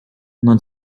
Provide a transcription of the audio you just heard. non